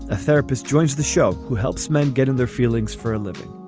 a therapist joins the show who helps men get and their feelings for a living